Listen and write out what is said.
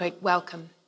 welcome